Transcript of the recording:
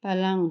पलंग